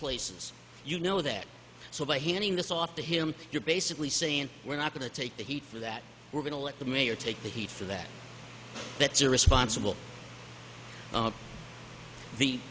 places you know that so by handing this off to him you're basically saying we're not going to take the heat for that we're going to let the mayor take the heat for that that's irresponsible